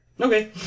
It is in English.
okay